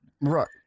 Right